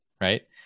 right